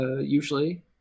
usually